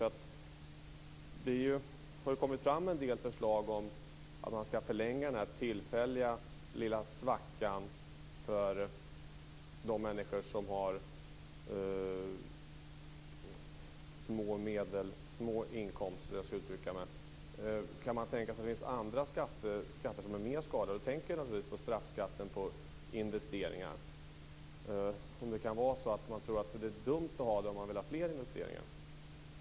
Det har kommit fram en del förslag om att man skall förlänga den tillfälliga lilla svackan för de människor som har små inkomster. Kan det tänkas att det finns andra skatter som är mer skadliga? Jag tänker exempelvis på straffskatten på investeringar. Kan det vara så att man tycker att det är dumt att ha den om man vill ha fler investeringar?